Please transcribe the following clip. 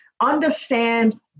Understand